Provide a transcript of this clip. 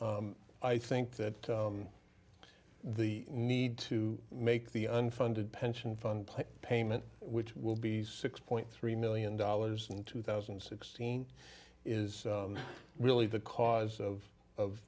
i think that the need to make the unfunded pension fund payment which will be six point three million dollars in two thousand and sixteen is really the cause of of